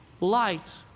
light